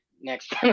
next